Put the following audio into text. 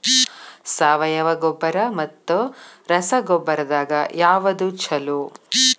ಸಾವಯವ ಗೊಬ್ಬರ ಮತ್ತ ರಸಗೊಬ್ಬರದಾಗ ಯಾವದು ಛಲೋ?